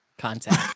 content